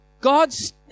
God's